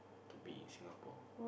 to be in Singapore